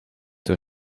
door